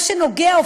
מה שנוגע,